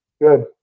Good